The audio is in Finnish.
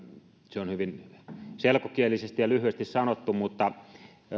se on hyvin selkokielisesti ja lyhyesti sanottu mutta